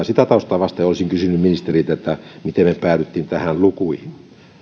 sitä taustaa vasten olisin kysynyt ministeriltä miten päädyttiin näihin lukuihin